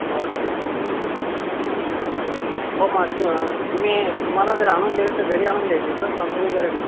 बरं बरं ठीक आहे चालेल ह काय हो मग तर तुम्ही तुम्हाला जर आणून दिलं तर घरी आणून द्यायचं आहे का का गुरुद्वारापाशी